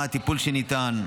מה הטיפול שניתן,